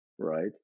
right